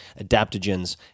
adaptogens